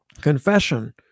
Confession